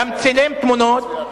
וגם צילם תמונות,